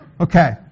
Okay